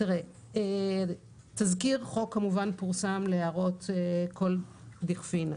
תזכיר חוק פורסם להערות כל דכפין.